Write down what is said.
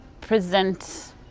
present